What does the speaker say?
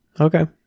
Okay